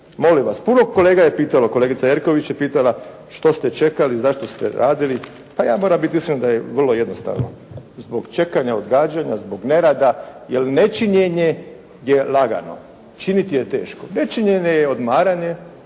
molim vas. Puno kolega je pitalo. Kolegica Jerković je pitala: «Što ste čekali, zašto ste radili?» Pa ja moram biti iskren da je vrlo jednostavno. Zbog čekanja, odgađanja, zbog nerada jer nečinjenje je lagano. Činiti je teško. Nečinjenje je odmaranje,